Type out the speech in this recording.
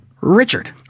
Richard